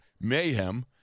mayhem